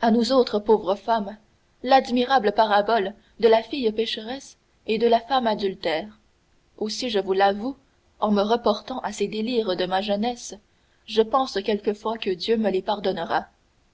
à nous autres pauvres femmes l'admirable parabole de la fille pécheresse et de la femme adultère aussi je vous l'avoue en me reportant à ces délires de ma jeunesse je pense quelquefois que dieu me les pardonnera